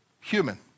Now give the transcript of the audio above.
human